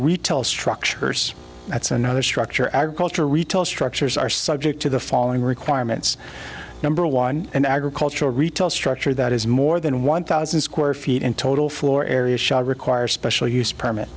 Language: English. retail structures that's another structure agriculture retail structures are subject to the following requirements number one an agricultural retail structure that is more than one thousand square feet in total floor area shall require special use perm